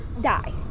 die